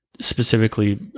specifically